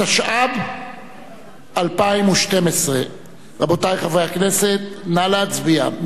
התשע"ב 2012. רבותי חברי הכנסת, נא להצביע.